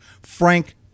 Frank